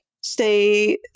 stay